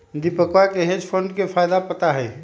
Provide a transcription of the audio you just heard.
दीपकवा के hedge fund के फायदा पता हई